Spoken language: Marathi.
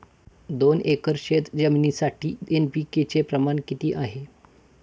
दोन एकर शेतजमिनीसाठी एन.पी.के चे प्रमाण किती आहे?